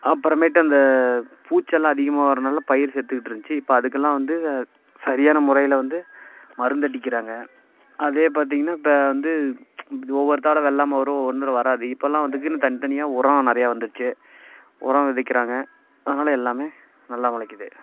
அப்புறமேட்டு அந்த பூச்சில்லாம் அதிகமாக வரதினால பயிர் செத்துக்கிட்ருந்துச்சி இப்போ அதுக்குலாம் வந்து சரியான முறையில் வந்து மருந்தடிக்கிறாங்க அதே பார்த்திங்கனா இப்போ வந்து ஒவ்வொரு தட வெள்ளாமை வரும் ஒன்றுல வராது இப்போல்லாம் வந்து அதுக்குன்னு தனித்தனியாக உரம் நிறையா வந்துருச்சு உரம் விதைக்கிறாங்க அதனால எல்லாமே நல்லா முளைக்கிது